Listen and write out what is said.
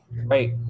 Right